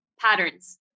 patterns